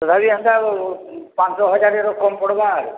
ତଥାପି ହେନ୍ତା ପାଞ୍ଚ ଛଅ ହଜାର କେତେ କମ୍ ପଡ଼ବା ଆଉ